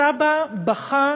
הסבא בכה